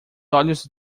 olhos